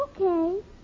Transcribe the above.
okay